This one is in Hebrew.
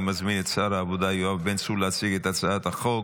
אני מזמין את שר העבודה יואב בן צור להציג את הצעת החוק.